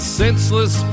senseless